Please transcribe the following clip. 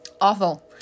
awful